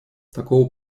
такого